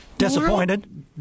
Disappointed